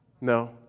No